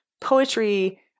poetry